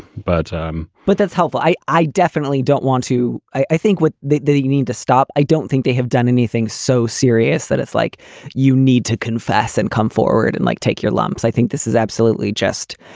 but um but that's helpful i i definitely don't want to. i i think what they they need to stop. i don't think they have done anything so serious that it's like you need to confess and come forward. and like take your lumps. i think this is absolutely just,